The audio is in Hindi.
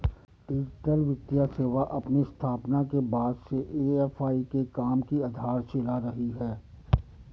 डिजिटल वित्तीय सेवा अपनी स्थापना के बाद से ए.एफ.आई के काम की आधारशिला रही है